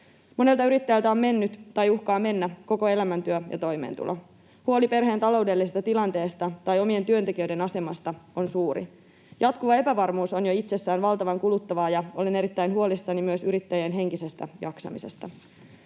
Monelta yrittäjältä on mennyt tai uhkaa mennä koko elämäntyö ja toimeentulo. Huoli perheen taloudellisesta tilanteesta tai omien työntekijöiden asemasta on suuri. Jatkuva epävarmuus on jo itsessään valtavan kuluttavaa, ja olen erittäin huolissani myös yrittäjien henkisestä jaksamisesta.